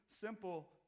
simple